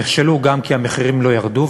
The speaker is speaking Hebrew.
נכשלו גם כי המחירים לא ירדו,